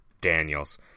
Daniels